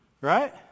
Right